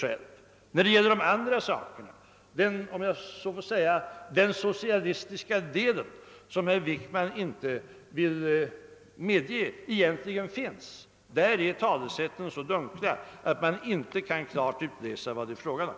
socialistiska delen om jag så får säga — herr Wickman vill inte medge att den finns — var talesätten så dunkla att man inte klart kan utläsa vad det var fråga om.